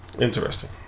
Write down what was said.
Interesting